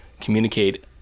communicate